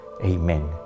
Amen